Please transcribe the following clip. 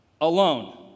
alone